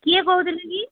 କିଏ କହୁଥିଲେ କି